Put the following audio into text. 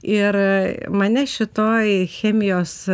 ir mane šitoj chemijos